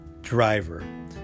driver